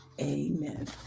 amen